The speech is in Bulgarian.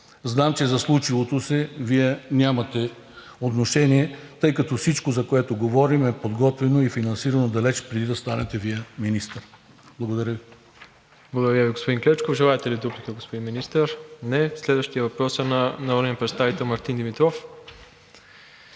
Знам, че за случилото се Вие нямате отношение, тъй като всичко, за което говорим, е подготвено и финансирано далеч преди да станете Вие министър. Благодаря. ПРЕДСЕДАТЕЛ МИРОСЛАВ ИВАНОВ: Благодаря Ви, господин Клечков. Желаете ли дуплика, господин Министър? Не. Следващият въпрос е от народните представители Мартин Димитров